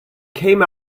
came